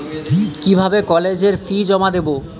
কিভাবে কলেজের ফি জমা দেবো?